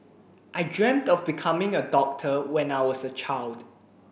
I dreamt of becoming a doctor when I was a child